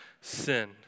sin